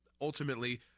ultimately